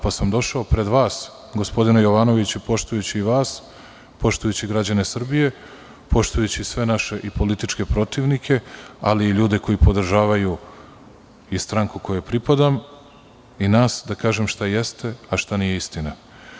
Pa sam došao ovde pred vas, gospodine Jovanoviću, poštujući i vas, poštujući građane Srbije, poštujući sve naše političke protivnike, ali i ljude koji podržavaju i stranku kojoj pripadam i nas, da kažem šta jeste, a šta nije istina.